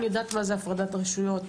אני יודעת מה זה הפרדת רשויות.